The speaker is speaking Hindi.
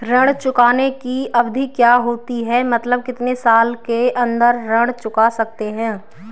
ऋण चुकाने की अवधि क्या होती है मतलब कितने साल के अंदर ऋण चुका सकते हैं?